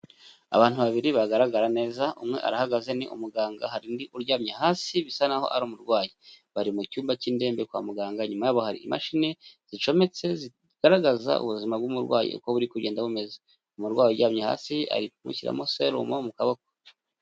Abantu babiri bagaragara neza, umwe arahagaze, ni umuganga, hari undi uryamye hasi bisa n'aho ari umurwayi. Bari mu cyumba cy'indembe kwa muganga, inyuma yabo hari imashini zicometse zigaragaza ubuzima bw'umurwayi uko buri kugenda bumeze. Umurwayi uryamye hasi ari kumushyiramo serumo mu kaboko.